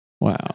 wow